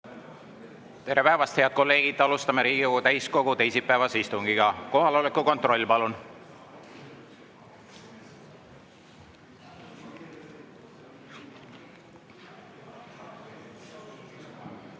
Tere päevast, head kolleegid! Alustame Riigikogu täiskogu teisipäevast istungit. Kohaloleku kontroll, palun! Tere päevast, head kolleegid!